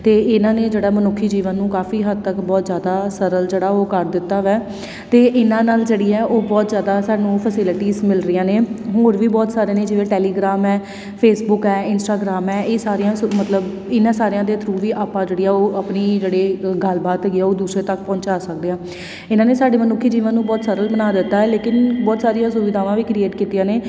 ਅਤੇ ਇਹਨਾਂ ਨੇ ਜਿਹੜਾ ਮਨੁੱਖੀ ਜੀਵਨ ਨੂੰ ਕਾਫ਼ੀ ਹੱਦ ਤੱਕ ਬਹੁਤ ਜ਼ਿਆਦਾ ਸਰਲ ਜਿਹੜਾ ਉਹ ਕਰ ਦਿੱਤਾ ਵੈ ਅਤੇ ਇਹਨਾਂ ਨਾਲ ਜਿਹੜੀ ਹੈ ਉਹ ਬਹੁਤ ਜ਼ਿਆਦਾ ਸਾਨੂੰ ਫਸੈਲਿਟੀਸ ਮਿਲ ਰਹੀਆਂ ਨੇ ਹੋਰ ਵੀ ਬਹੁਤ ਸਾਰੇ ਨੇ ਜਿਵੇਂ ਟੈਲੀਗ੍ਰਾਮ ਹੈ ਫੇਸਬੁੱਕ ਹੈ ਇੰਸਟਾਗ੍ਰਾਮ ਹੈ ਇਹ ਸਾਰੀਆਂ ਸੁਵ ਮਤਲਬ ਇਹਨਾਂ ਸਾਰੀਆਂ ਦੇ ਥਰੂ ਵੀ ਆਪਾਂ ਜਿਹੜੀ ਆ ਉਹ ਆਪਣੀ ਜਿਹੜੇ ਗੱਲਬਾਤ ਹੈਗੀ ਆ ਉਹ ਦੂਸਰੇ ਤੱਕ ਪਹੁੰਚਾ ਸਕਦੇ ਹਾਂ ਇਹਨਾਂ ਨੇ ਸਾਡੇ ਮਨੁੱਖ ਸਾਡੇ ਮਨੁੱਖੀ ਜੀਵਨ ਨੂੰ ਬਹੁਤ ਸਰਲ ਬਣਾ ਦਿੱਤਾ ਹੈ ਲੇਕਿਨ ਬਹੁਤ ਸਾਰੀਆਂ ਸੁਵਿਧਾਵਾਂ ਵੀ ਕ੍ਰੀਏਟ ਕੀਤੀਆਂ ਨੇ